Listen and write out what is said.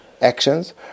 Actions